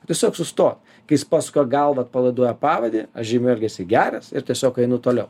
tiesiog susto kai jis pasuka galvą atpalaiduoja pavadį aš žymiu elgesį geras ir tiesiog einu toliau